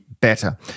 better